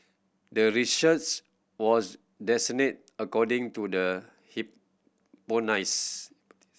the research was according to the